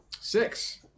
Six